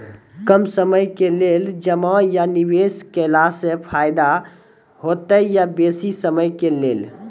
कम समय के लेल जमा या निवेश केलासॅ फायदा हेते या बेसी समय के लेल?